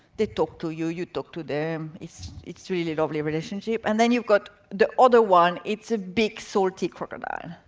they talk to you, you talk to them, it's it's really lovely relationship. and then you've got the other one, it's a big salty crocodile.